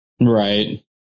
Right